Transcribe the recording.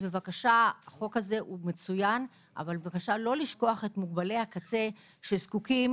החוק הזה הוא מצוין אבל בבקשה לא לשכוח את מוגבלי הקצה שזקוקים